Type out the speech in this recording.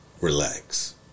Relax